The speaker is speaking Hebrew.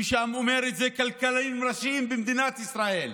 מי שאומר את זה הם כלכלנים ראשיים במדינת ישראל,